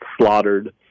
slaughtered